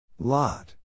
Lot